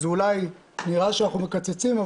אולי נראה שאנחנו מקצצים,